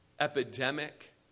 epidemic